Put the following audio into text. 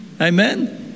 Amen